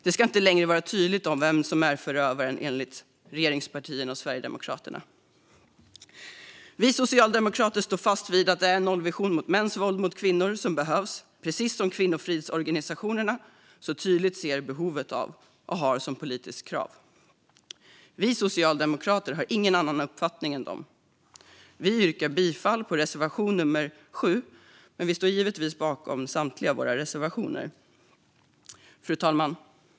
Det ska inte längre ska vara tydligt vem som är förövaren, enligt regeringspartierna och Sverigedemokraterna. Vi socialdemokrater står fast vid att det är en nollvision mot mäns våld mot kvinnor som behövs, vilket kvinnofridsorganisationerna tydligt ser behovet av och har som politiskt krav. Vi socialdemokrater har ingen annan uppfattning än de. Vi yrkar därför bifall till reservation nummer 7, men vi står givetvis bakom samtliga våra reservationer. Fru talman!